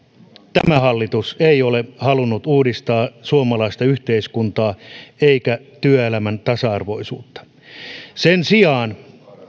tämä hallitus ei ole halunnut uudistaa suomalaista yhteiskuntaa eikä työelämän tasa arvoisuutta sen sijaan